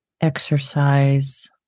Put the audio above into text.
exercise